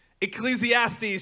Ecclesiastes